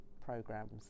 programs